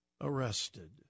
arrested